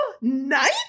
night